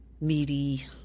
meaty